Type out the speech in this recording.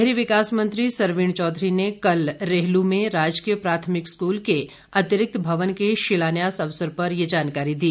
शहरी विकास मंत्री सरवीण चौधरी ने कल रेहलू में राजकीय प्राथमिक स्कूल के अतिरिक्त मवन के शिलान्यास अवसर पर यह जानकारी दी